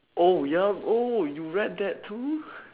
oh ya oh you read that too